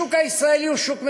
השוק הישראלי הוא שוק מגוון,